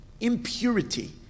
impurity